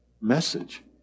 message